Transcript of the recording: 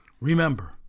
Remember